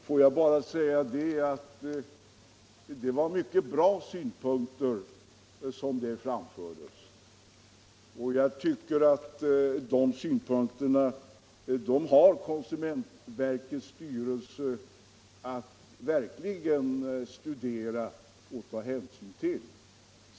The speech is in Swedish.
Får jag bara säga att det var mycket bra synpunkter som där framfördes, och jag tycker att dessa synpunkter bör konsumentverkets styrelse verkligen studera och ta hänsyn till.